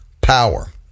power